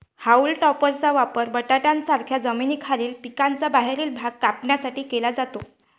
haulm टॉपरचा वापर बटाट्यांसारख्या जमिनीखालील पिकांचा बाहेरील भाग कापण्यासाठी केला जातो